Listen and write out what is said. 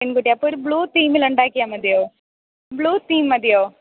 പെൺകുട്ടി അപ്പോളൊരു ബ്ലൂ തീമിലുണ്ടാക്കിയാൽ മതിയോ ബ്ലൂ തീം മതിയോ